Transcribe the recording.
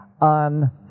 on